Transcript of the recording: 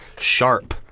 sharp